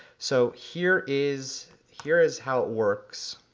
so here is, here is how it works,